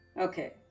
Okay